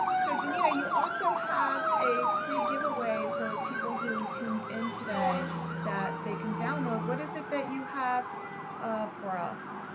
so danita, you also have a free giveaway for people who tuned in today that they can download. what is it that you have um for us?